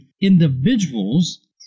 individuals